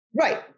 Right